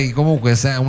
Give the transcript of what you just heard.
comunque